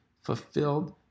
fulfilled